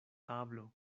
tablo